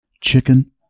chicken